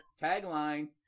tagline